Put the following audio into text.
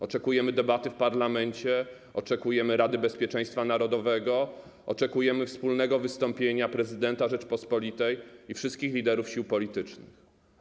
Oczekujemy debaty w parlamencie, oczekujemy zwołania Rady Bezpieczeństwa Narodowego, oczekujemy wspólnego wystąpienia prezydenta Rzeczypospolitej i wszystkich liderów sił politycznych.